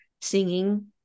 singing